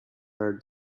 are